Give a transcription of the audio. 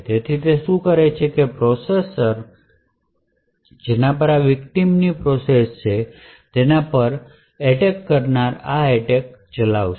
તે શું કરે છે તે જ પ્રોસેસર જેના પર આ વિકટીમ ની પ્રોસેસ છે તેના પર એટેક કરનાર આ એટેક ચલાવશે